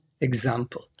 example